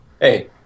Hey